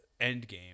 endgame